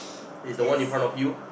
is the one in front of you